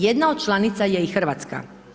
Jedna od članica je i Hrvatska.